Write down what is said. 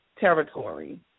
territory